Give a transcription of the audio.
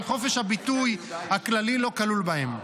אבל חופש הביטוי הכללי לא כלול בהם.